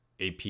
AP